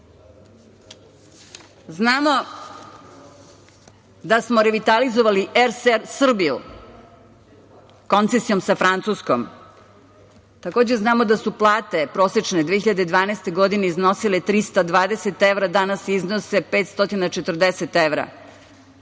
da smo revitalizovali „Er Srbiju“ koncesijom sa Francuskom. Takođe, znamo da su prosečne plate 2012. godine iznosile 320 evra, danas iznose 540 evra.